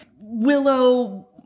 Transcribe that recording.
willow